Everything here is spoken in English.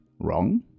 wrong